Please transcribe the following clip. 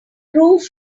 prove